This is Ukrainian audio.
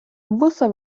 вуса